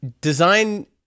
Design